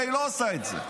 אבל היא לא עושה את זה.